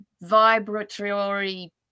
vibratory